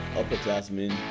upperclassmen